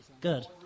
Good